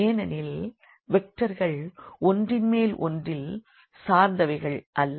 ஏனெனில் வெக்டர்கள் ஒன்றின் மேல் ஒன்றில் சார்ந்தவை அல்ல